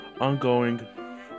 ongoing